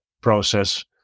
process